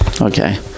Okay